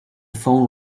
phone